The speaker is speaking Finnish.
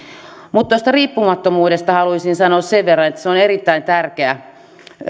mutta tuosta riippumattomuudesta haluaisin sanoa sen verran että se on erittäin tärkeä